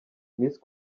miss